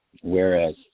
Whereas